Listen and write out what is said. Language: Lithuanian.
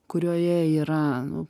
kurioje yra nu